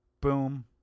Boom